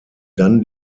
dann